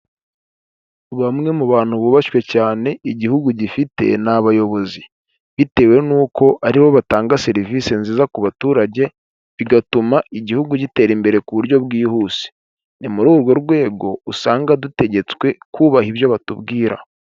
Bamwe mu bantu bubashywe cyane igihugu gifite, ni abayobozi. Bitewe nuko aribo batanga serivisi nziza ku baturage, bigatuma igihugu gitera imbere ku buryo bwihuse. Ni muri urwo rwego usanga dutegetswe kubaha ibyo batubwira.